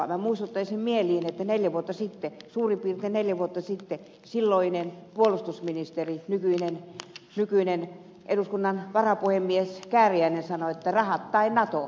minä muistuttaisin mieliin että suurin piirtein neljä vuotta sitten silloinen puolustusministeri nykyinen eduskunnan varapuhemies kääriäinen sanoi että rahat tai nato